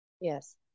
Yes